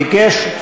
ביקש,